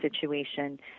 situation